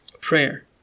Prayer